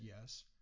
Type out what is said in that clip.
yes